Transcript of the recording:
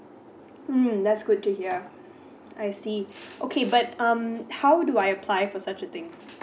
mm that's good to hear I see okay but um how do I apply for such a thing